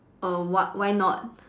err what why not